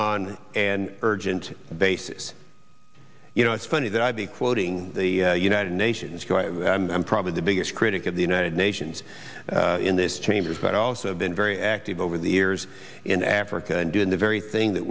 on an urgent basis you know it's funny that i be quoting the united nations i'm probably the biggest critic of the united nations in this chamber but also been very active over the years in africa doing the very thing that